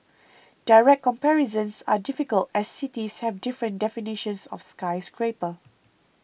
direct comparisons are difficult as cities have different definitions of skyscraper